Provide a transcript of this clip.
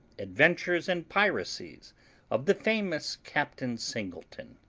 adventures and piracies of the famous captain singleton,